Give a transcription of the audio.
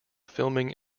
filming